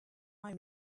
more